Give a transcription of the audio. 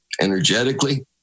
Energetically